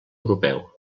europeu